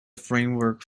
framework